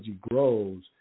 grows